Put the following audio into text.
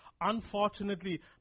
Unfortunately